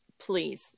Please